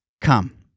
Come